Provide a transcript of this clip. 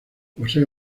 posee